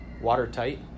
Watertight